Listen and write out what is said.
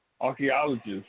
archaeologists